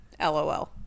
LOL